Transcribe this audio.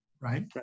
right